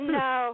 no